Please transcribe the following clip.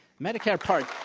medicare part